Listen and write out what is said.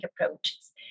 approaches